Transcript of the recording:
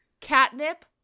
Catnip